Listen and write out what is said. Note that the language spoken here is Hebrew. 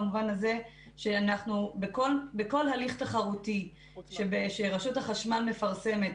במובן הזה שבכל הליך תחרותי שרשות החשמל מפרסמת...